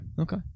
Okay